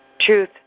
truth